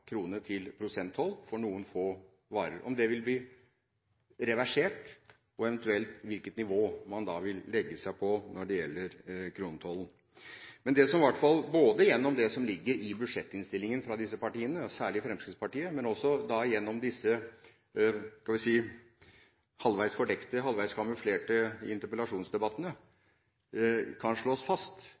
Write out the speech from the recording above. krone- til prosenttoll for noen få varer, om det vil bli reversert, og eventuelt hvilket nivå man vil legge seg på når det gjelder kronetollen. Det som i hvert fall, gjennom det som ligger i budsjettinnstillingene fra disse partiene – særlig Fremskrittspartiet – men også gjennom disse – skal vi si – halvveis fordekte, halvveis kamuflerte interpellasjonsdebattene, kan slås fast,